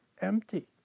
empty